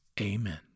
amen